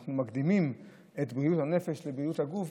אנחנו מקדימים את בריאות הנפש לבריאות הגוף,